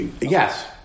Yes